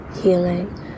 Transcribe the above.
healing